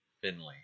Finley